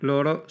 Loro